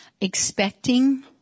expecting